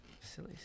silly